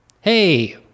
hey